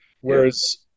Whereas